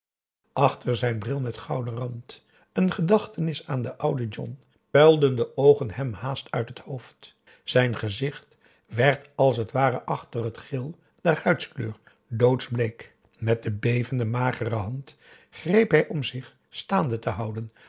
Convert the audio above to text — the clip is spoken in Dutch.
achter zijn bril met gouden rand een gedachtenis aan den ouden john puilden de oogen hem haast uit het hoofd zijn gezicht werd als het ware achter het geel der huidskleur doodsbleek met de bevende magere hand greep hij om zich staande te houden